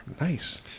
Nice